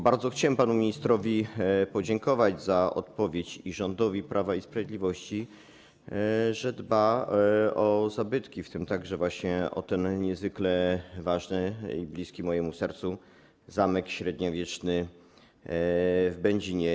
Bardzo chciałem panu ministrowi podziękować za odpowiedź i rządowi Prawa i Sprawiedliwości za to, że dba o zabytki, w tym także właśnie o ten niezwykle ważny i bliski mojemu sercu zamek średniowieczny w Będzinie.